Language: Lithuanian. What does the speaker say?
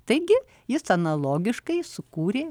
taigi jis analogiškai sukūrė